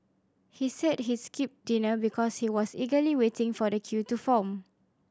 he said he skipped dinner because he was eagerly waiting for the queue to form